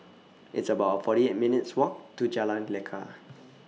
It's about forty eight minutes' Walk to Jalan Lekar